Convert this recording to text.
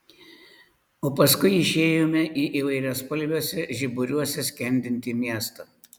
o paskui išėjome į įvairiaspalviuose žiburiuose skendintį miestą